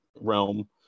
realm